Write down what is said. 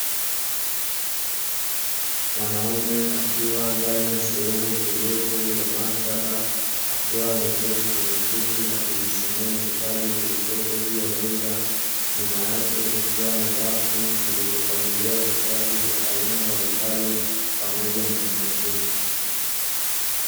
Mwanaume akiwa ndani ya sehemu tulivu ya maktaba, akiwa ameketi kwenye kiti akijisomea kitabu kilichopo juu ya meza, nyuma yake kukiwa na rafu zilizopangiliwa vitabu vya aina mbalimbali pamoja na magazeti.